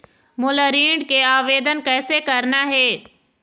मोला ऋण के आवेदन कैसे करना हे?